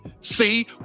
see